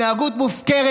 התנהגות מופקרת.